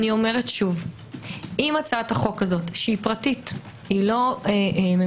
שוב - אם הצעת החוק הזו שהיא פרטית, לא ממשלתית